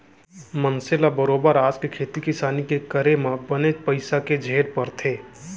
मनसे ल बरोबर आज के खेती किसानी के करे म बनेच पइसा के झेल परथे